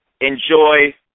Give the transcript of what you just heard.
Enjoy